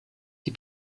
die